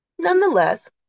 Nonetheless